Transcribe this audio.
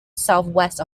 southwest